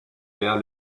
vers